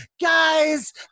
Guys